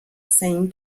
same